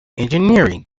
engineering